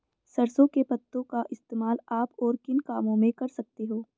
सरसों के पत्तों का इस्तेमाल आप और किन कामों में कर सकते हो?